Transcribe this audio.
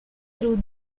through